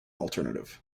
alternative